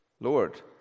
Lord